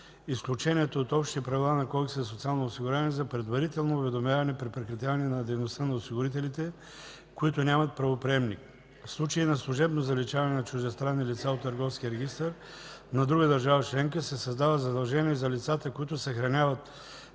за социално осигуряване за предварително уведомяване при прекратяване на дейността на осигурителите, които нямат правоприемник. В случаи на служебно заличаване на чуждестранни лица от търговския регистър на друга държава членка се създава задължение за лицата, които съхраняват